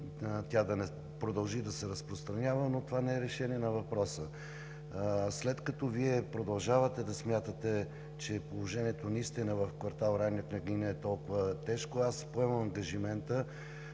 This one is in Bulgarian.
тя да не продължи да се разпространява, но това не е решение на въпроса. След като Вие продължавате да смятате, че положението в квартал „Райна Княгиня“ наистина е толкова тежко, аз поемам ангажимента